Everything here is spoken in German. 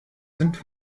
sind